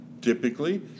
Typically